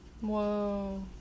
Whoa